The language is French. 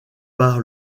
par